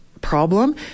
problem